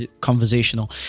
conversational